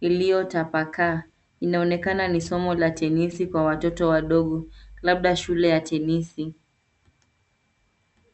iliyotapakaa. Inaonekana ni somo la tenisi kwa watoto wadogo labda shule ya tenisi.